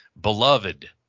Beloved